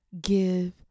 give